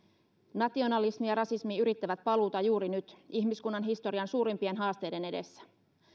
nationalismi ja rasismi yrittävät paluuta juuri nyt ihmiskunnan historian suurimpien haasteiden edessä